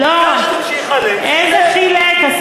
לא, איזה חילק?